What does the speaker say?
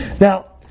Now